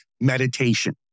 meditation